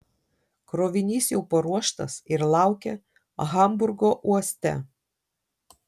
krovinys jau paruoštas ir laukia hamburgo uoste